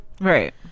Right